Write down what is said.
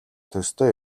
төстэй